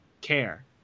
care